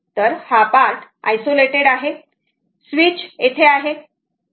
तर हा part isolated आहे स्वीच येथे आहे